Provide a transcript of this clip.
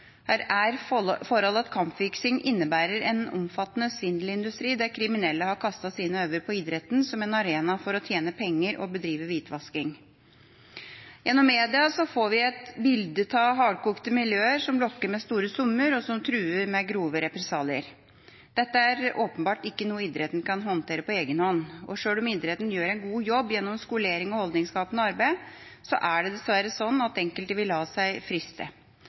at kampfiksing innebærer en omfattende svindelindustri der kriminelle har kastet sine øyne på idretten som en arena for å tjene penger og bedrive hvitvasking. Gjennom media får vi et bilde av hardkokte miljøer som lokker med store summer, og som truer med grove represalier. Dette er åpenbart ikke noe idretten kan håndtere på egen hånd, og sjøl om idretten gjør en god jobb gjennom skolering og holdningsskapende arbeid, er det dessverre slik at enkelte vil la seg friste.